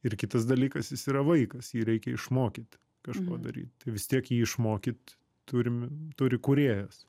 ir kitas dalykas jis yra vaikas jį reikia išmokyt kažko daryt tai vis tiek jį išmokyt turim turi kūrėjas